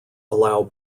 allow